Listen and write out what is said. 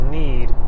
need